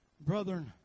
brethren